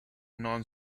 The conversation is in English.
non